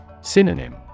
Synonym